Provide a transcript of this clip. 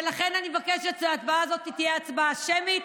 ולכן אני מבקשת שההצבעה הזאת תהיה הצבעה שמית.